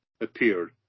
appeared